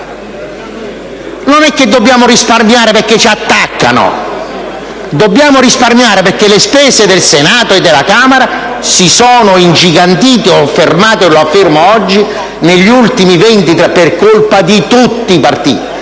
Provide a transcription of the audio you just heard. Non dobbiamo risparmiare perché ci attaccano: dobbiamo risparmiare perché le spese del Senato e della Camera si sono ingigantite - l'ho affermato e lo affermo oggi - negli anni per colpa di tutti i partiti.